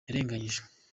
yarenganyijwe